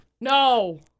No